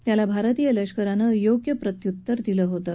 त्याला भारतीय लष्करानं योग्य प्रत्य्तर दिलं होतं